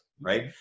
right